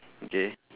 okay